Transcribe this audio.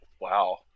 Wow